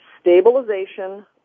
stabilization